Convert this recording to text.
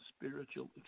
spiritual